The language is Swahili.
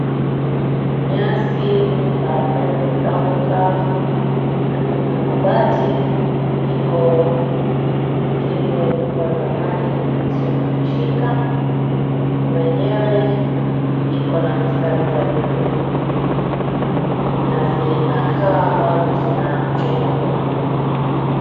Nyasi hapa imekauka na kuna mabati iko chini ya nyumba za mali isiyo hamishika. Nyumba enyewe iko na mistari za bluu na zinakaa ambavyo zinajengwa.